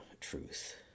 truth